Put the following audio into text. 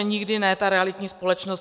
Nikdy ne ta realitní společnost.